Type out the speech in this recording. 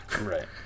Right